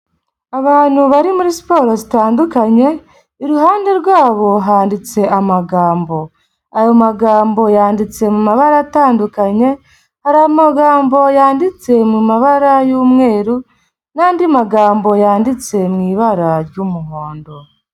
Abantu bari muri siporo zitandukanye, iruhande rwabo handitse amagambo, ayo magambo yanditse mu mabara atandukanye, hari amagambo yanditse mu mabara y'umweru n'andi magambo yanditse mu ibara ry'umuhondo.